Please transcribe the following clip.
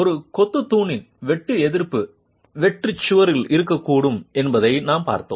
ஒரு கொத்துத் தூணின் வெட்டு எதிர்ப்பு வெற்றுச் சுவரில் இருக்கக்கூடும் என்பதை நாம் பார்த்தோம்